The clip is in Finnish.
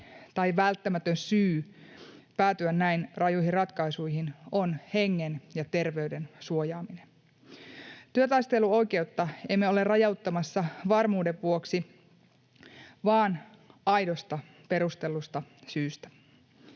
se välttämätön syy päätyä näin rajuihin ratkaisuihin on hengen ja terveyden suojaaminen. Työtaisteluoikeutta emme ole rajoittamassa varmuuden vuoksi vaan aidosta, perustellusta syystä.